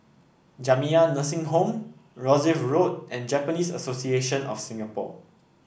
Jamiyah Nursing Home Rosyth Road and Japanese Association of Singapore